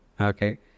Okay